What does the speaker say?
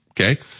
okay